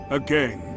again